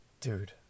Dude